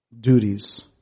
duties